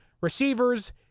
receivers